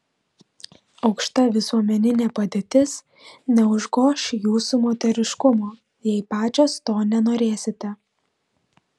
aukšta visuomeninė padėtis neužgoš jūsų moteriškumo jei pačios to nenorėsite